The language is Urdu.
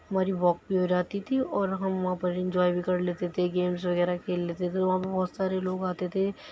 ہماری واک بھی ہو جاتی تھی اور ہم وہاں پر انجوائے بھی کر لیتے تھے گیمس وغیرہ کھیل لیتے تھے وہاں پہ بہت سارے لوگ آتے تھے